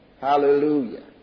Hallelujah